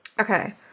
Okay